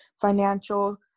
financial